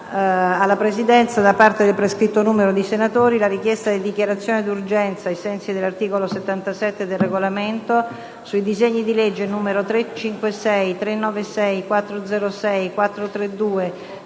alla Presidenza da parte del prescritto numero di senatori la richiesta di dichiarazione d'urgenza, ai sensi dell'articolo 77 del Regolamento, comma 1, sui disegni di legge nn. 356, 396, 406, 432,